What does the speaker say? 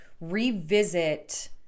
revisit